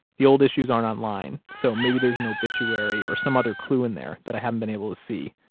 the old issues aren't online, so maybe there's an obituary or some other clue in there that i haven't been able to see.